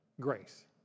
grace